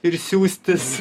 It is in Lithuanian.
ir siųstis